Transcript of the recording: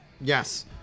Yes